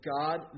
God